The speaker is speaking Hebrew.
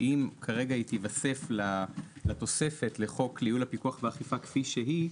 אם כרגע היא תיווסף לתוספת לחוק לייעול הפיקוח והאכיפה כפי שהיא,